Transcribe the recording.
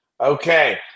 Okay